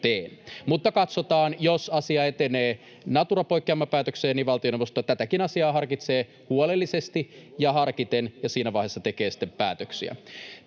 Mutta katsotaan, jos asia etenee Natura-poikkeamapäätökseen, niin valtioneuvosto tätäkin asiaa harkitsee huolellisesti ja siinä vaiheessa tekee sitten päätöksiä.